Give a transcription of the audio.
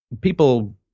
people